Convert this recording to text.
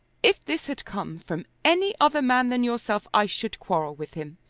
if this had come from any other man than yourself i should quarrel with him.